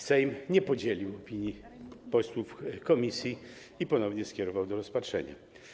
Sejm nie podzielił opinii posłów, komisji i ponownie skierował projekt do rozpatrzenia.